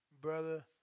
brother